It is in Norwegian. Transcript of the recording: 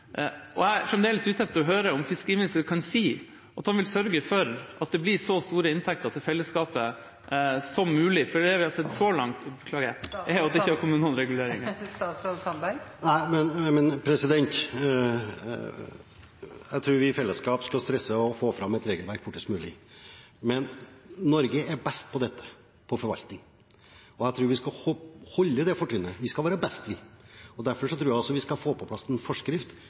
Jeg er fremdeles ute etter å høre om fiskeriministeren kan si at han vil sørge for at det blir så store inntekter til fellesskapet som mulig, for det vi har sett så langt, er at det ikke har kommet noen reguleringer. Jeg tror vi i fellesskap skal stresse å få fram et regelverk fortest mulig. Norge er best på dette, på forvaltning, og jeg tror vi skal beholde det fortrinnet – vi skal være best! Derfor tror jeg vi skal få på plass en forskrift